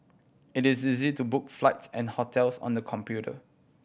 it is easy to book flights and hotels on the computer